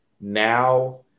now